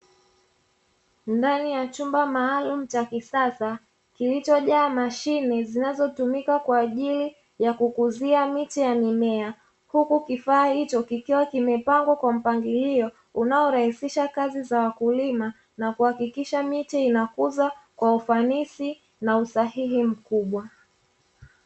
Ndani ya chumba maalumu cha kisasa kilichojaa mashine zinazotumika kwa ajili ya kukuzia miche ya mimea, huku kifaa hicho kikiwa kimepangwa kwa mpangilio unaorahisisha kazi za wakulima na kuhakikisha miche inakuzwa kwa ufanisi na usahihi mkubwa.